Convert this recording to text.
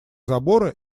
забора